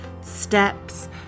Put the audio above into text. steps